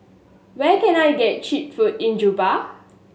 where can I get cheap food in Juba